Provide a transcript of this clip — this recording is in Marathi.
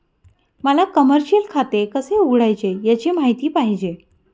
मला कमर्शिअल खाते कसे उघडायचे याची माहिती पाहिजे